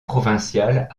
provinciales